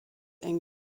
eng